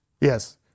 Yes